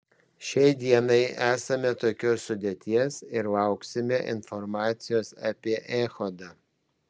šiai dienai esame tokios sudėties ir lauksime informacijos apie echodą